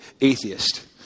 atheist